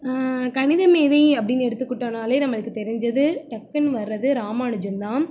கணித மேதை அப்படின்னு எடுத்துக்கிட்டோம்னாலே நம்மளுக்கு தெரிஞ்சது டக்குன்னு வரது ராமானுஜந்தான்